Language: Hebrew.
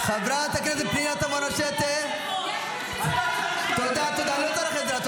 חברת הכנסת פנינה תמנו, תודה, תודה, לא צריך עזרה.